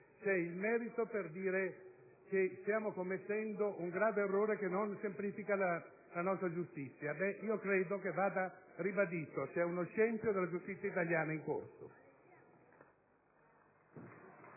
c'è il merito per dire che stiamo commettendo un grave errore che non semplifica la nostra giustizia. Credo che vada ribadito: viene fatto scempio della giustizia italiana.